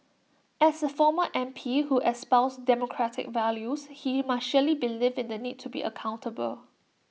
as A former M P who espoused democratic values he must surely believe in the need to be accountable